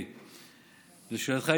לשאלתך,